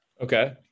Okay